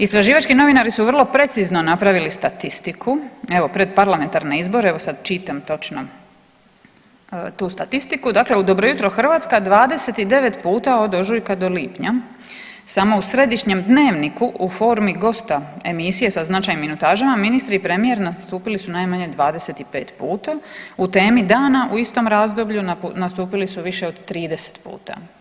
Istraživački novinari su vrlo precizno napravili statistiku, evo pred parlamentarne izbore, evo sad čitam točno tu statistiku, dakle u Dobro jutro Hrvatska 29 puta od ožujka do lipnja, samo u središnjem Dnevniku u formi gosta emisije sa značajnim minutažama ministri i premijer nastupili su najmanje 25 puta, u Temi dana u istom razdoblju nastupili su više od 30 puta.